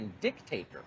...dictator